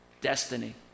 destiny